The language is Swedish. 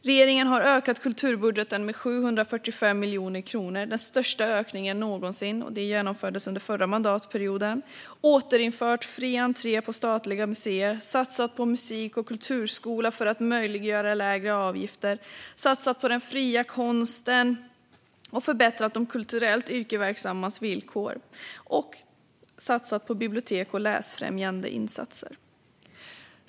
Regeringen har ökat kulturbudgeten med 745 miljoner kronor. Det är den största ökningen någonsin och genomfördes under den förra mandatperioden. Regeringen har också återinfört fri entré på statliga museer, satsat på musik och kulturskolan för att möjliggöra lägre avgifter, satsat på den fria konsten och förbättrat de kulturellt yrkesverksammas villkor samt satsat på bibliotek och läsfrämjande insatser.